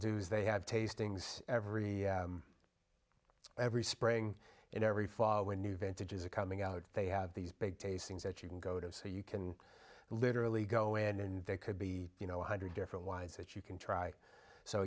do is they have tastings every every spring and every fall when new vantages are coming out they have these big things that you can go to so you can literally go in and they could be you know one hundred different wines that you can try so